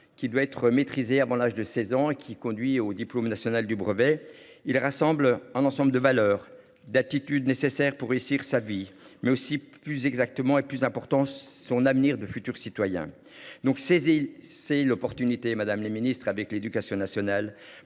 qui doit être maîtrisé avant l'âge de 16 ans qui conduit au diplôme national du brevet, il rassemble un ensemble de valeurs d'attitude nécessaires pour réussir sa vie mais aussi plus exactement et plus important, son avenir de futurs citoyens donc saisi c'est l'opportunité et madame la ministre, avec l'éducation nationale